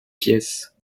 pièce